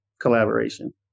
collaboration